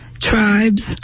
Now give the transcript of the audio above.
...tribes